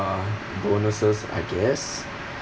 bonuses I guess